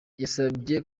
yasabye